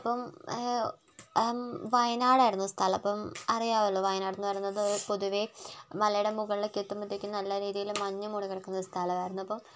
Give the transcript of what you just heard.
അപ്പം വയനാട് ആയിരുന്നു സ്ഥലം അപ്പം അറിയാമല്ലോ വയനാട് എന്ന് പറയുന്നത് പൊതുവേ മലയുടെ മുകളിൽ എത്തുമ്പോഴത്തേക്കും നല്ല രീതിയിൽ മഞ്ഞ് മൂടിക്കിടക്കുന്ന ഒരു സ്ഥലമായിരുന്നു അപ്പോൾ